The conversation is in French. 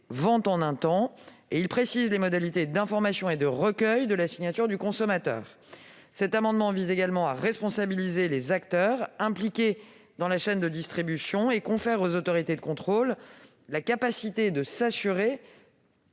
amendement vise à préciser les modalités d'information et de recueil de la signature du consommateur, à responsabiliser les acteurs impliqués dans la chaîne de distribution et à conférer aux autorités de contrôle la capacité de s'assurer